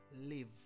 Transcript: live